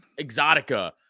exotica